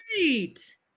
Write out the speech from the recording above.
great